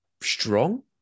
strong